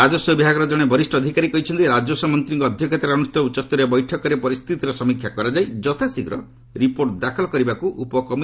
ରାଜସ୍ୱ ବିଭାଗର ଜଣେ ବରିଷ ଅଧିକାରୀ କହିଛନ୍ତି ରାଜସ୍ପ ମନ୍ତ୍ରୀଙ୍କ ଅଧ୍ୟକ୍ଷତାରେ ଅନୁଷ୍ଠିତ ଉଚ୍ଚସ୍ତରୀୟ ବୈଠକରେ ପରିସ୍ଥିତିର ସମୀକ୍ଷା କରାଯାଇ ଯଥାଶୀଘ୍ର ରିପୋର୍ଟ ଦାଖଲ କରିବା ପାଇଁ ଉପକମିଶନରମାନଙ୍କ କୁହାଯାଇଛି